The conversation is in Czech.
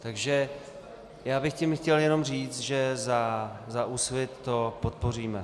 Takže já bych tím chtěl jenom říct, že za Úsvit to podpoříme.